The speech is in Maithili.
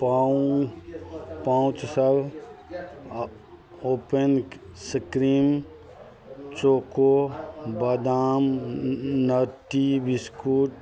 पाउ पाउच सब ओपन सक्रीम चोको बादाम नट्टी बिसकुट